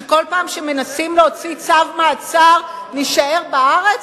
שכל פעם שמנסים להוציא צו מעצר נישאר בארץ?